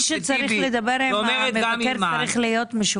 מי שצריך לדבר עם המבקר צריך להיות משוכנע,